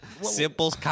simple